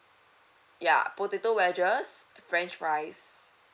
ya potato wedges french fries